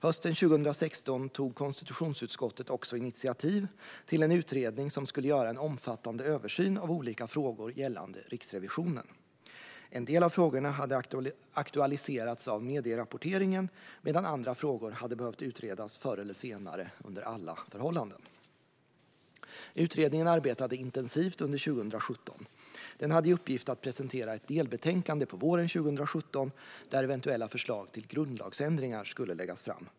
Hösten 2016 tog konstitutionsutskottet också initiativ till en utredning som skulle göra en omfattande översyn av olika frågor gällande Riksrevi-sionen. En del av frågorna hade aktualiserats av medierapporteringen, medan andra frågor hade behövt utredas förr eller senare under alla förhållanden. Utredningen arbetade intensivt under 2017. Den hade i uppgift att presentera ett delbetänkande på våren 2017, där eventuella förslag till grundlagsändringar skulle läggas fram.